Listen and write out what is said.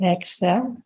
Exhale